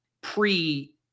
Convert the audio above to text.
pre-